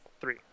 three